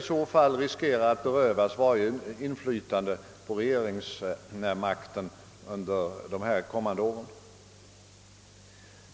så fall skulle riskera att berövas varje inflytande på vem som skulle ha regeringsmakten under de kommande åren.